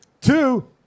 two